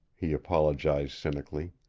he apologized cynically.